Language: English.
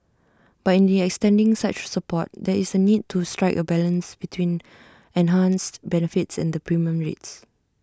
but in the extending such support there is A need to strike A balance between enhanced benefits and the premium rates